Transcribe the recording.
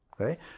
Okay